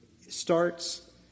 starts